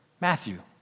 Matthew